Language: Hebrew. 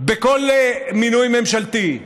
בכל מינוי ממשלתי,